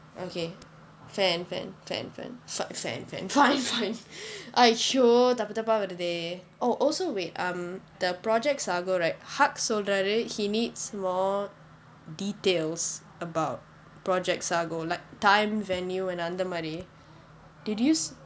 okay fan fan fan fan fan fan fan fine fine !aiyo! தப்பு தாப்பா வருதே:thappu thappaa varuthe oh also wait um the projects sago right hak சொல்றாரு:solraaru he needs more details about project sago like time venue and அந்த மாதிரி:antha maathiri did use